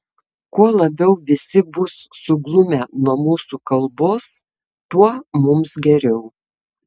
kuo labiau visi bus suglumę nuo mūsų kalbos tuo mums geriau